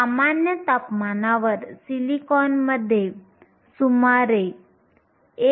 सामान्य तापमानावर सिलिकॉनमध्ये सुमारे 1